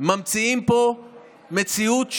ממציאים מציאות שונה,